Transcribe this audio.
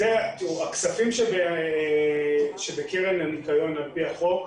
הכספים שנמצאים בקרן הניקיון, על פי החוק,